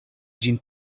ĝin